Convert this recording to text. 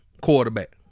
quarterback